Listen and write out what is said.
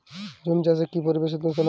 ঝুম চাষে কি পরিবেশ দূষন হয়?